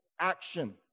action